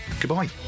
Goodbye